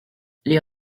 les